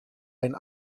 ein